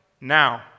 now